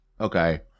Okay